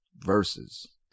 Verses